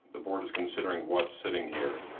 the board is considering what's sitting here.